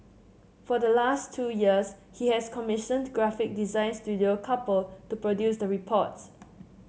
for the last two years he has commissioned graphic design Studio Couple to produce the reports